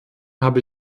habe